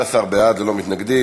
11 בעד, ללא מתנגדים.